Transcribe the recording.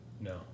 No